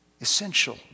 essential